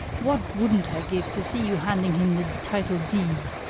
what wouldn't i give to see you handing him the title deeds?